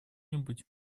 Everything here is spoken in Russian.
нибудь